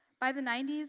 by the ninety s,